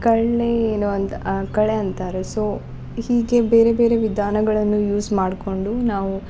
ಕಳೆ ಏನು ಅಂತ ಕಳೆ ಅಂತಾರೆ ಸೊ ಹೀಗೆ ಬೇರೆ ಬೇರೆ ವಿಧಾನಗಳನ್ನು ಯೂಸ್ ಮಾಡಿಕೊಂಡು ನಾವು